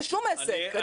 לשום עסק,